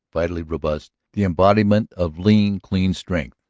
vitally robust, the embodiment of lean, clean strength.